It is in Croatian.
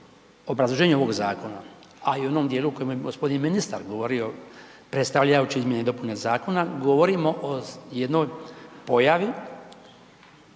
obrazloženje ovog zakona, a i u onom dijelu u kojem je g. ministar govorio predstavljajući izmjene i dopune zakona, govorimo o jednoj pojavi,